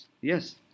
Yes